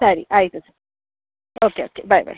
ಸರಿ ಆಯಿತು sir okay okay bye ಬಾಯ್